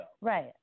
Right